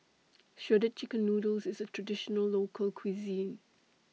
Shredded Chicken Noodles IS A Traditional Local Cuisine